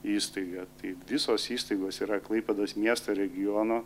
įstaiga tai visos įstaigos yra klaipėdos miesto regiono